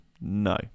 No